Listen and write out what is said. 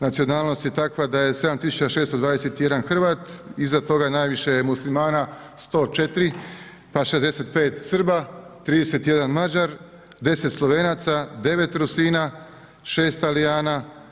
Nacionalnost je takva da je 7 tisuća 621 Hrvat, iza toga najviše je Muslimana 104, pa 65 Srba, 31 Mađar, 10 Slovenaca, 9 Rusina, 6 Talijana.